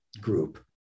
group